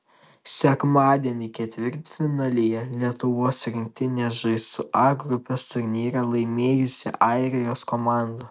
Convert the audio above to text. sekmadienį ketvirtfinalyje lietuvos rinktinė žais su a grupės turnyrą laimėjusia airijos komanda